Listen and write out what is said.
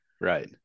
Right